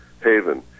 haven